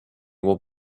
will